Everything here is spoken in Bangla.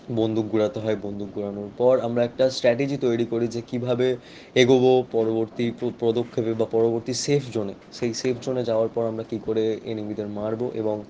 বন্দুক কুড়াতে হয় বন্দুক কুড়ানোর পর আমরা একটা স্ট্র্যাটেজি তৈরি করি যে কীভাবে এগোবো পরবর্তী প্র পদক্ষেপে বা পরবর্তী সেফ জোনে সেই সেফ জোনে যাওয়ার পর আমরা কী করে এনিমিদের মারবো এবং